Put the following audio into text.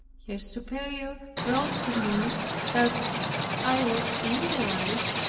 her superior wrote to me that i was in the right,